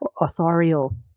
authorial